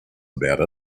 about